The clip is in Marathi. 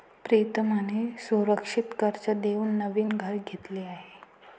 प्रीतमने सुरक्षित कर्ज देऊन नवीन घर घेतले आहे